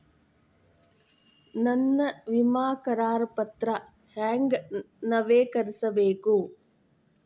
ನನ್ನ ವಿಮಾ ಕರಾರ ಪತ್ರಾ ಹೆಂಗ್ ನವೇಕರಿಸಬೇಕು?